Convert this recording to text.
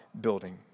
building